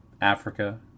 Africa